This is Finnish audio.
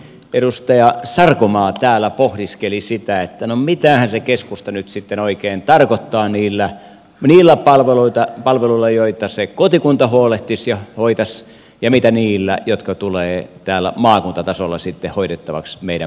edustaja sarkomaa täällä pohdiskeli mitähän se keskusta nyt oikein tarkoittaa niillä palveluilla joita se kotikunta huolehtisi ja hoitaisi ja mitä niillä jotka tulevat maakuntatasolla sitten hoidettavaksi meidän mallissamme